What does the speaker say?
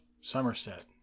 Somerset